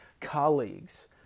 colleagues